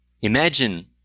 Imagine